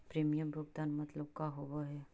Premium भुगतान मतलब का होव हइ?